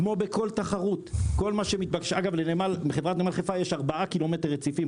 כמו בכל תחרות אגב לנמל חברת חיפה יש 4 ק"מ רציפים,